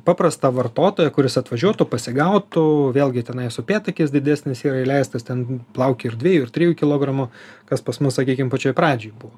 paprastą vartotoją kuris atvažiuotų pasigautų vėlgi tenai upėtakis didesnis yra įleistas ten plaukioja ir dvejų ir trijų kilogramų kas pas mus sakykim pačioj pradžioj buvo